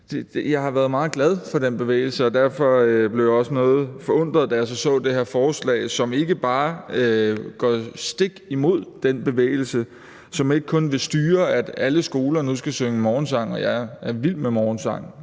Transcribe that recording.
Jeg har været meget glad for den bevægelse, og derfor blev jeg også noget forundret, da jeg så det her forslag, som ikke bare går stik imod den bevægelse, og som ikke kun vil styre, at alle skoler nu skal synge morgensang – og jeg er vild med morgensang,